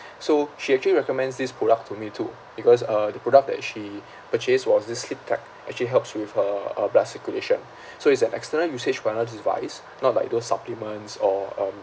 so she actually recommends this product to me too because uh the product that she purchased was this slip tack actually helps with her uh blood circulation so it's an external usage wellness device not like those supplements or um